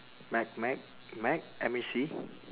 mac mac mac M A C